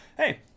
Hey